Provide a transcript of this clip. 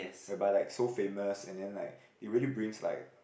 whereby like so famous and then like it really brings like